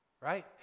right